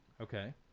Okay